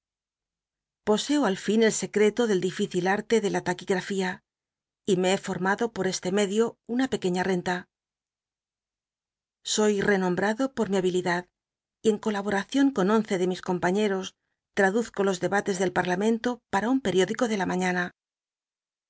poseo al nn el scct'clo del dificil arte de la taq uigrafía y me he formado por este medio una cnla pequeña j cnombrado por mi lwbi lidad y en colabosoy j racion con once de mis compañeros traduzco los deba tes del padamcnlo para un periódico de la mafia